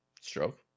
Stroke